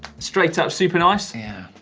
straight up super nice? yeah.